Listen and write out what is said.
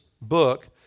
book